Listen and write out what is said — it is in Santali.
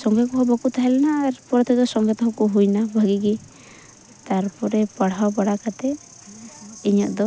ᱥᱚᱸᱜᱮ ᱠᱚᱦᱚᱸ ᱵᱟᱠᱚ ᱛᱟᱦᱮᱸ ᱞᱮᱱᱟ ᱟᱨ ᱯᱚᱨᱮ ᱛᱮᱫᱚ ᱥᱚᱸᱜᱮ ᱛᱮᱦᱚᱸ ᱠᱚ ᱦᱩᱭᱱᱟ ᱵᱷᱟᱹᱜᱤ ᱜᱮ ᱛᱟᱨᱯᱚᱨᱮ ᱯᱟᱲᱦᱟᱣ ᱵᱟᱲᱟ ᱠᱟᱛᱮᱫ ᱤᱧᱟᱹᱜ ᱫᱚ